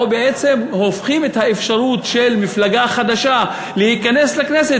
או בעצם הופכים את האפשרות של מפלגה חדשה להיכנס לכנסת